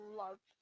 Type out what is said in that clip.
love